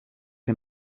est